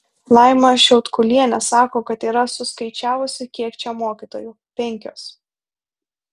laima šiaudkulienė sako kad yra suskaičiavusi kiek čia mokytojų penkios